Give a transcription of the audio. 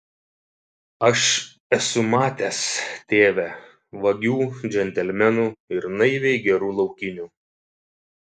aš esu matęs tėve vagių džentelmenų ir naiviai gerų laukinių